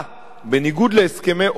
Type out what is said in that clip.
בניגוד להסכמי אוסלו,